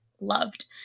loved